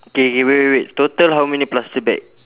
K K wait wait wait total how many plastic bag